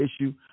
issue